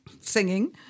singing